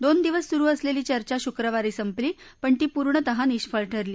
दोन दिवस सुरु असलेली चर्चा शुक्रवारी संपली पण ती चर्चा पूर्णतः निष्फळ ठरली